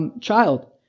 child